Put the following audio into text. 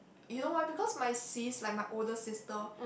you know why because my sis like my older sister